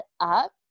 up